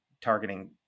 targeting